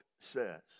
says